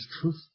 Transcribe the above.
truth